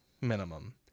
minimum